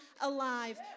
alive